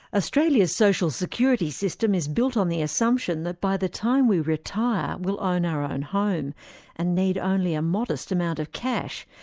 australia's social security system is built on the assumption that by the time we retire we'll own our own home and need only a modest amount of cash.